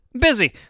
busy